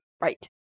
Right